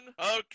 Okay